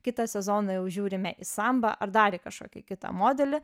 kitą sezoną jau žiūrime į samba ar dar į kažkokį kitą modelį